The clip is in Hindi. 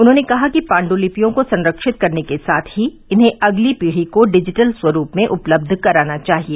उन्होंने कहा कि पाण्ड्लिपियों को संरक्षित करने के साथ ही इन्हें अगली पीढ़ी को डिजिटल स्वरूप में उपलब्ध कराना चाहिए